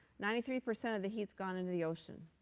ninety three percent of the heat has gone into the ocean.